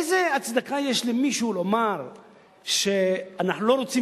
איזו הצדקה יש למישהו לומר שאנחנו לא רוצים